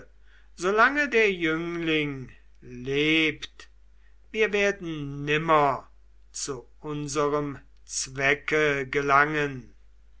der jüngling lebt wir werden nimmer zu unserem zwecke gelangen